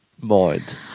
mind